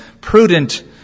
prudent